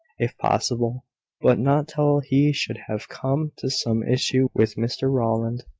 if possible but not till he should have come to some issue with mr rowland.